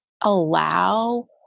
allow